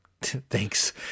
Thanks